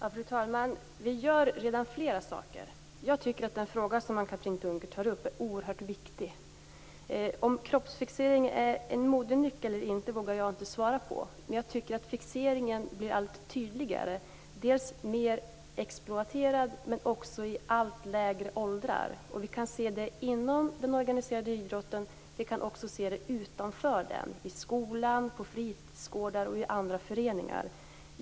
Fru talman! Vi gör redan flera saker. Jag tycker att den fråga som Anne-Katrine Dunker tar upp är oerhört viktig. Om kroppsfixering är en modenyck eller inte vågar jag inte svara på, men jag tycker att fixeringen blir allt tydligare. Dels blir den alltmer exploaterad, dels går den allt längre ned i åldrarna. Vi kan se det inom den organiserade idrotten och också utanför denna - i skolan, på fritidsgårdar och i andra föreningar.